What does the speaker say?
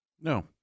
No